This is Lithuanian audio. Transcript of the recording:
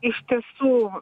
iš tiesų